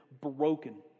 broken